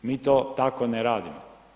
Mi to tako ne radimo.